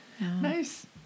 Nice